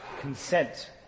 consent